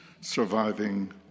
surviving